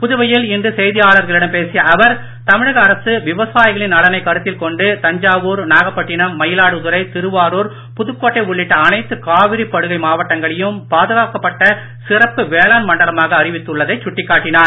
புதுவையில் இன்று செய்தியாளர்களிடம் பேசிய அவர் தமிழக அரசு விவசாயிகளின் நலனைக் கருத்தில் கொண்டு தஞ்சாவூர் நாகப்பட்டனம் மயிலாடுதுறை திருவாருர் புதுக்கோட்டை உள்ளிட்ட அனைத்து காவிரி படுகை மாவட்டங்களையும் பாதுகாக்கப்பட்ட சிறப்பு வேளாண் மண்டலமாக அறிவித்துள்ளதை அவர் சுட்டிக்காட்டினார்